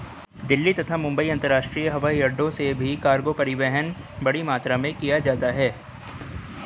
दिल्ली तथा मुंबई अंतरराष्ट्रीय हवाईअड्डो से भी कार्गो परिवहन बड़ी मात्रा में किया जाता है